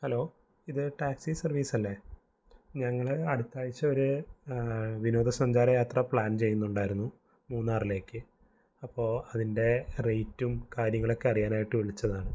hello ഇത് taxi സർവീസല്ലേ ഞങ്ങള് അടുത്തയാഴ്ച ഒരു വിനോദസഞ്ചാരയാത്ര പ്ലാൻ ചെയ്യുന്നുണ്ടായിരുന്നു മൂന്നാറിലേക്ക് അപ്പോള് അതിൻ്റെ റെയ്റ്റും കാര്യങ്ങളൊക്കെ അറിയാനായിട്ട് വിളിച്ചതാണ്